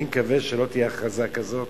אני מקווה שלא תהיה הכרזה כזאת,